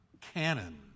canon